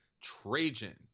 Trajan